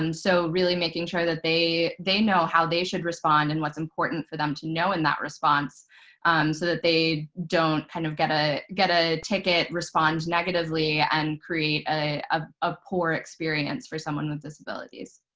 um so really making sure that they they know how they should respond and what's important for them to know in that response so that they don't kind of get ah get a ticket, respond negatively, negatively, and create a ah a poor experience for someone with disabilities.